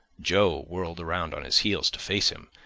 joe whirled around on his heels to face him,